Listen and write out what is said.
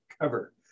cover